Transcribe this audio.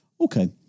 Okay